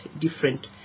different